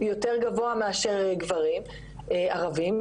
יותר גבוה מאשר גברים ערבים.